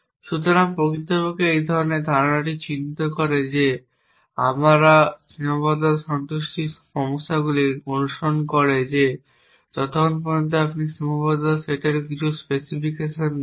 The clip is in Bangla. সুতরাং প্রকৃতপক্ষে এই ধরণের ধারণাটি চিত্রিত করে যে আমরা সীমাবদ্ধতা সন্তুষ্টির সমস্যাগুলি অনুসরণ করি যে যতক্ষণ পর্যন্ত আপনি সীমাবদ্ধতার সেটের কিছু স্পেসিফিকেশন দেন